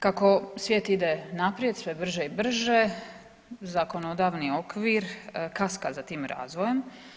Kako svijet ide naprijed sve brže i brže zakonodavni okvir kaska za tim razvojem.